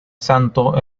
santo